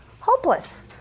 hopeless